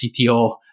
CTO